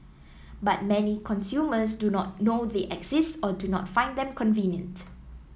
but many consumers do not know they exist or do not find them convenient